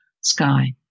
sky